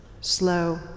slow